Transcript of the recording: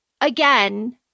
again